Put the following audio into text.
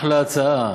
אחלה הצעה.